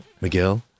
Miguel